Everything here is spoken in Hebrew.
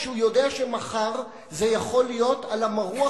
כשהוא יודע שמחר זה יכול להיות מרוח